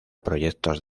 proyectos